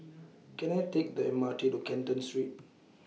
Can I Take The M R T to Canton Street